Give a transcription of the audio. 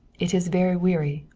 it is very weary,